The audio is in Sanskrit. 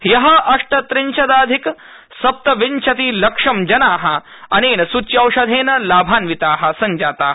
ह्यःअष्टत्रिंशदाधिक सप्तविंशतिलक्षं जनाः अनेन सूच्यौषधेन लाभान्वितः जाताः